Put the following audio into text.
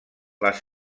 les